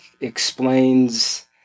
explains